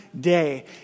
day